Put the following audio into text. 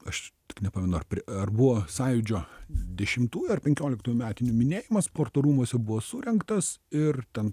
aš tik nepamenu ar ar buvo sąjūdžio dešimtųjų ar penkioliktų metinių minėjimas sporto rūmuose buvo surengtas ir ten